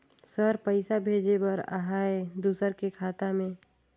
Sir पइसा भेजे बर आहाय दुसर के खाता मे?